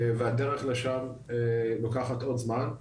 והדרך לשם לוקחת עוד זמן,